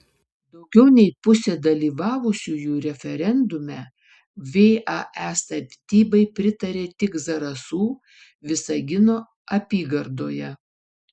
daugiau nei pusė dalyvavusiųjų referendume vae statybai pritarė tik zarasų visagino apygardoje